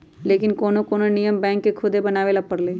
लेकिन कोनो कोनो नियम बैंक के खुदे बनावे ला परलई